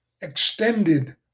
extended